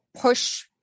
push